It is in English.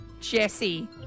Jesse